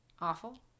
awful